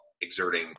exerting